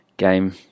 Game